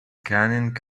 cunning